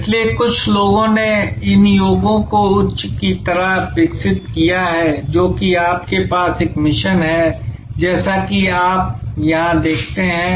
इसलिए कुछ लोगों ने इन योगों को उच्च की तरह विकसित किया है जो कि आपके पास एक मिशन है जैसा कि आप यहां देखते हैं